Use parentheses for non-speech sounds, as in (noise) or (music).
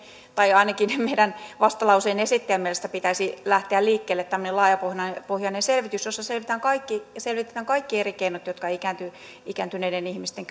tai ainakin meidän vastalauseemme esittäjän mielestä pitäisi lähteä liikkeelle laajapohjainen selvitys jossa selvitetään kaikki selvitetään kaikki eri keinot jotka ikääntyneiden ihmisten (unintelligible)